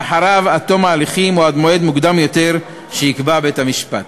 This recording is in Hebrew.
ואחריו עד תום ההליכים או עד מועד מוקדם יותר שיקבע בית-המשפט.